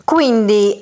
Quindi